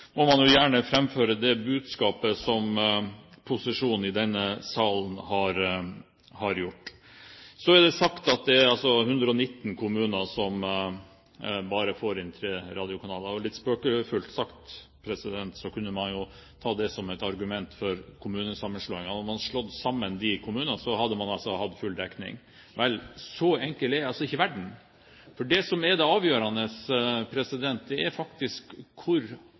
gjerne framføre det budskapet som posisjonen i denne salen har gjort. Så er det sagt at det er 119 kommuner som bare får inn tre radiokanaler. Litt spøkefullt sagt kunne man jo ta det som et argument for kommunesammenslåing – hadde man slått sammen de kommunene, hadde man hatt full dekning. Vel, så enkel er altså ikke verden. For det avgjørende er